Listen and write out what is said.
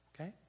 Okay